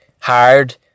Hard